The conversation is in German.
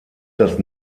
das